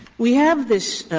we have this,